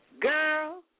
Girl